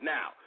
Now